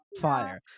fire